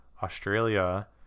Australia